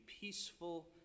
peaceful